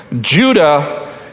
Judah